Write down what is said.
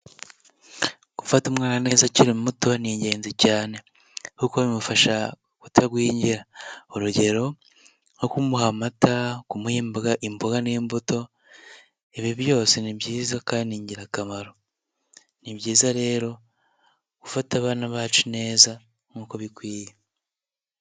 Gufata umwana neza akiri muto ni ingenzi cyane, kuko bimufasha kutagwingira, urugero nko kumuha amata, kumuha imboga n'imbuto, ibi byose ni byiza kandi n'ingirakamaro. Ni byiza rero gufata abana bacu neza nk'uko bikwiye.